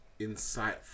insightful